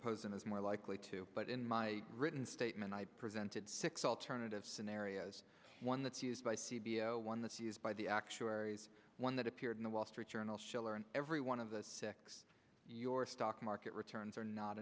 posen is more likely to but in my written statement i presented six alternative scenarios one that's used by c b s one that's used by the actuaries one that appeared in the wall street journal schiller and every one of the sex your stock market returns are not